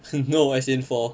no as in for